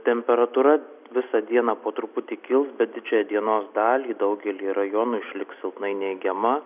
temperatūra visą dieną po truputį kils bet didžiąją dienos dalį daugelyje rajonų išliks silpnai neigiama